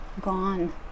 gone